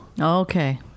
Okay